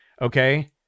okay